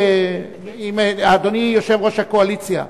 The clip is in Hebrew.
אדוני יושב-ראש הקואליציה,